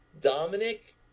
Dominic